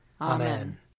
Amen